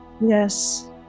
Yes